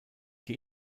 die